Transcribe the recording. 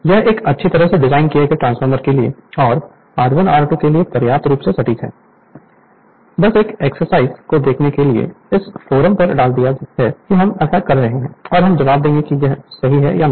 यह एक अच्छी तरह से डिजाइन किए गए ट्रांसफार्मर के लिए और R1 R2 के लिए पर्याप्त रूप से सटीक है बस एक एक्सरसाइज को देखने के लिए इस फोरम पर डाल दिया कि साहब हम ऐसा कर रहे हैं और हम जवाब देंगे कि यह सही है या नहीं